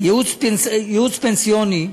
(ייעוץ פנסיוני),